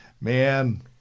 man